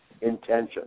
intention